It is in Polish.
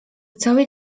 całej